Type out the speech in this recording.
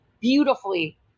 beautifully